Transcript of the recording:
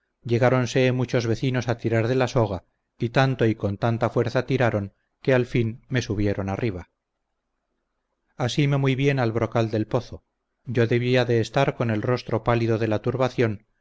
llegaronse muchos vecinos a tirar de la soga y tanto y con tanta fuerza tiraron que al fin me subieron arriba asime muy bien al brocal del pozo yo debía de estar con el rostro pálido de la turbación